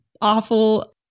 awful